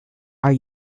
are